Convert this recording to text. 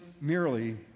merely